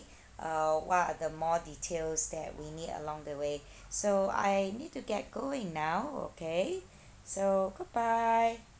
uh what are the more details that we need along the way so I need to get going now okay so goodbye